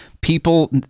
people